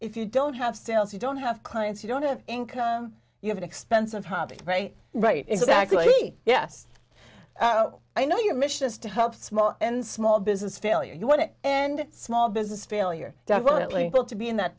if you don't have sales you don't have clients you don't have income you have an expensive hobby right right exactly yes i know your mission is to help small and small business failure you want it and small business failure definitely will to be in that